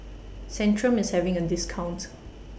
Centrum IS having A discount